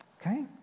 Okay